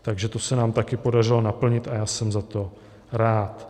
Takže to se nám také podařilo naplnit a jsem za to rád.